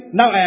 now